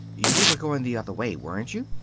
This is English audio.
you were going the other way, weren't you?